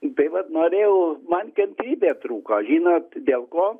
tai vat norėjau man kantrybė trūko žinot dėl ko